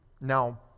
Now